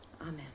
Amen